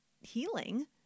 healing